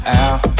out